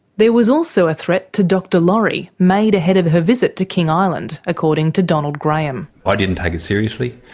there was also a threat to dr laurie, made ahead of her visit to king island, according to donald graham. i didn't take it seriously,